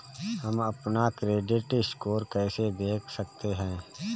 हम अपना credit score कैसे देख सकते हैं?